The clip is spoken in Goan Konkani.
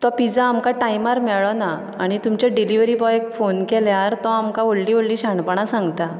तो पिझा आमकां टायमार मेळ्ळो ना आनी तुमच्या डिलीवरी बॉयक फोन केल्यार तो आमकां व्हडलीं व्हडलीं शाणपणां सांगता